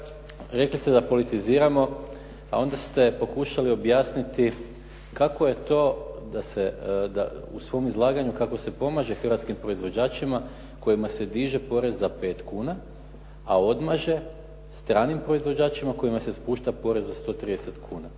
rekli ste da politiziramo a onda ste pokušali objasniti kako je to u svom izlaganju kako se pomaže hrvatskim proizvođačima kojima se diže porez na 5 kuna a odmaže stranim proizvođačima kojima se spušta porez za 130 kuna.